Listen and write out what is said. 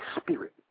spirit